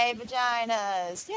vaginas